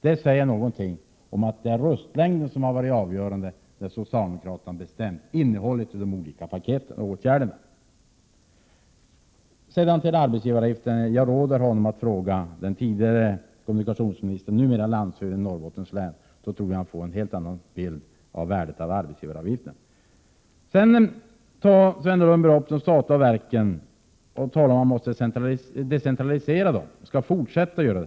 Detta tyder på att det är röstlängden som har varit avgörande när socialdemokraterna har bestämt innehållet i de olika paketen och åtgärderna. Vad sedan gäller arbetsgivaravgiften vill jag råda Sven Lundberg att ställa frågorna till den f.d. kommunikationsministern, numera landshövdingen i Norrbottens län. Jag tror att han då skulle få en helt annan bild av arbetsgivaravgiftens värde. Sven Lundberg menar vidare att man skall fortsätta att decentralisera de statliga verken.